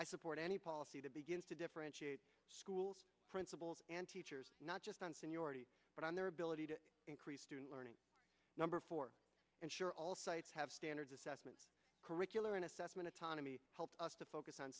i support any policy that begins to differentiate schools principals and teachers not just on seniority but on their ability to increase student learning number four ensure all sites have standards assessment curricular and assessment autonomy help us to focus on